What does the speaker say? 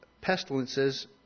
pestilences